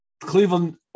Cleveland